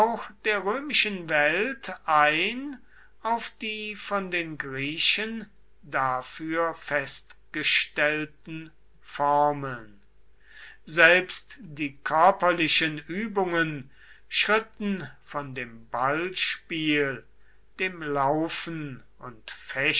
der römischen welt ein auf die von den griechen dafür festgestellten formeln selbst die körperlichen übungen schritten von dem ballspiel dem laufen und